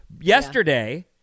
Yesterday